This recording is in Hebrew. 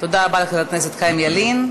תודה רבה לחבר הכנסת חיים ילין.